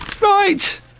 Right